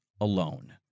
alone